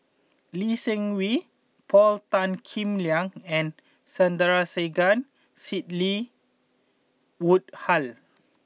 Lee Seng Wee Paul Tan Kim Liang and Sandrasegaran Sidney Woodhull